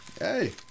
Hey